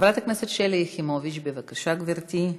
חברת הכנסת שלי יחימוביץ, בבקשה, גברתי.